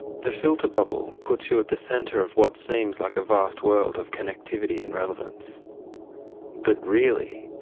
the filter bubble puts you at the centre of what seems like a vast world of connectivity and relevance but really,